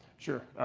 sure.